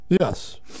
Yes